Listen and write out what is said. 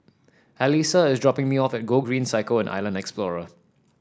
Allyssa is dropping me off at Gogreen Cycle and Island Explorer